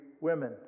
women